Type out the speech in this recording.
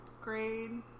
grade